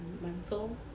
mental